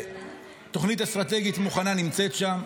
ותוכנית אסטרטגית מוכנה נמצאת שם.